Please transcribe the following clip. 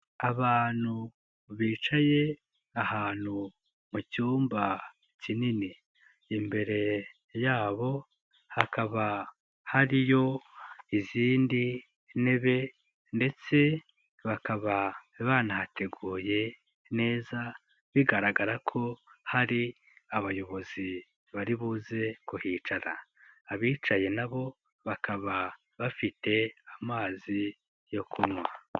Abantu bicaye ahantu mu cyumba kinini, imbere yabo hakaba hariyo izindi ntebe, ndetse bakaba banateguye neza, bigaragara ko hari abayobozi bari buze kuhicara, abicaye nabo bakaba bafite amazi yo kunywa.